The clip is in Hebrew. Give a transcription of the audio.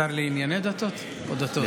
השר "לענייני דתות" או "דתות"?